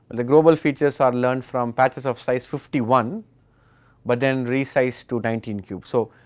the global features are learned from patches of size fifty one but then resized to nineteen cube. so,